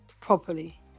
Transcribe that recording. Properly